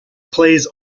plays